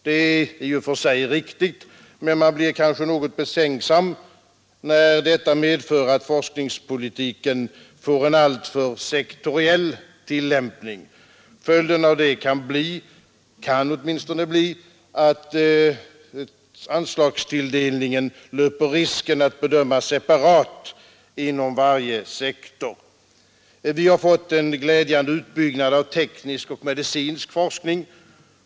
Det är i och för sig riktigt, men man blir kanske något betänksam när detta medför att forskningspolitiken får en alltför sektoriell tillämpning. Följden kan bli — kan åtminstone bli — att anslagstilldelningen löper risken att bedömas separat inom varje sektor. Vi har fått en glädjande utbyggnad av teknisk och medicinsk forskning.